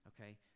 okay